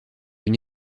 une